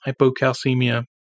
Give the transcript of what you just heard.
hypocalcemia